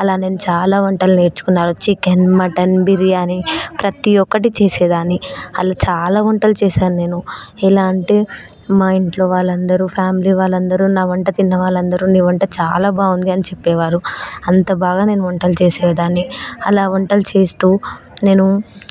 అలా నేను చాలా వంటలు నేర్చుకున్నారు చికెన్ మటన్ బిర్యానీ ప్రతి ఒక్కటి చేసేదాన్ని అలా చాలా వంటలు చేశాను నేను ఎలా అంటే మా ఇంట్లో వాళ్ళందరూ ఫ్యామిలీ వాళ్ళందరూ నా వంట తిన్నవాళ్ళందరూ నీ వంట చాలా బాగుంది అని చెప్పేవారు అంత బాగా నేను వంటలు చేసేదాన్ని అలా వంటలు చేస్తూ నేను